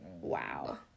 wow